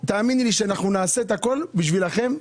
תאמיני לי שאנחנו נעשה את הכול בשבילכם.